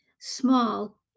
small